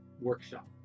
workshop